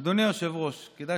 אדוני היושב-ראש, כדאי